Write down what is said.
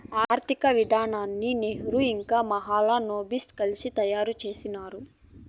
ఆర్థిక విధానాన్ని నెహ్రూ ఇంకా మహాలనోబిస్ కలిసి తయారు చేసినారు